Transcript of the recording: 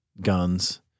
guns